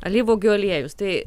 alyvuogių aliejus tai